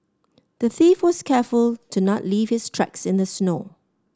the thief was careful to not leave his tracks in the snow